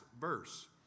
verse